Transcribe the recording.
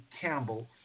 Campbell